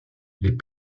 les